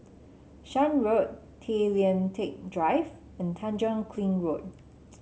Shan Road Tay Lian Teck Drive and Tanjong Kling Road